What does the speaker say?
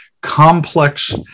complex